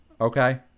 Okay